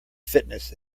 fitness